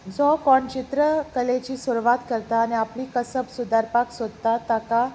जो कोण चित्रकलेची सुरवात करता आनी आपली कसब सुदारपाक सोदता ताका